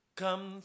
come